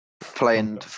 Playing